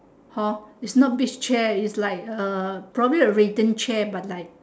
hor it's not this chair it's like uh probably a written chair but like